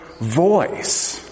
voice